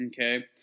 Okay